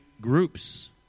groups